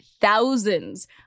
thousands